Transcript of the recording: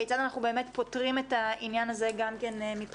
כיצד אנחנו באמת פותרים את העניין הזה גם כן מבחינתם.